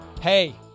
Hey